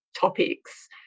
topics